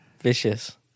Vicious